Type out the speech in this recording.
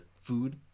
food